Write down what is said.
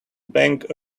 bank